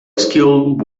skilled